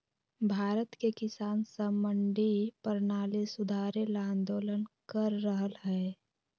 भारत के किसान स मंडी परणाली सुधारे ल आंदोलन कर रहल हए